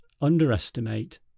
underestimate